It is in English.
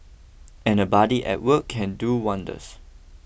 and a buddy at work can do wonders